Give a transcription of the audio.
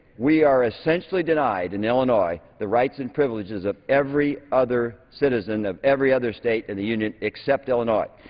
we are essentially denied in illinois the rights and privileges of every other citizen of every other state in the union except illinois.